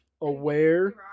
aware